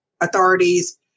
authorities